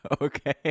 okay